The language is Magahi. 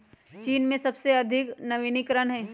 चीन में सबसे अधिक वनीकरण हई